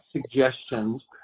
suggestions